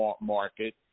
market